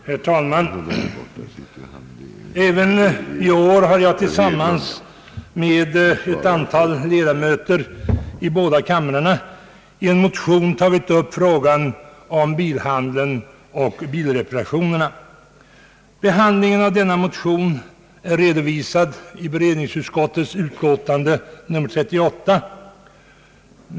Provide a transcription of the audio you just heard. Herr talman! Även i år har jag tillsammans med ett antal ledamöter i båda kamrarna i en motion tagit upp frågan om bilhandeln och bilreparationerna. Behandlingen av denna motion är redovisad i allmänna beredningsutskottets utlåtande nr 38.